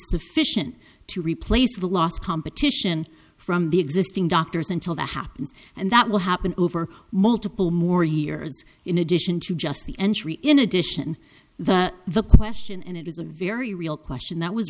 sufficient to replace the lost competition from the existing doctors until that happens and that will happen over multiple more years in addition to just the entry in addition the the question and it is a very real question that was